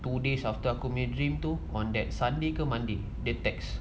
two days after aku punya dream to on that sunday ke monday dia text